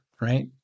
right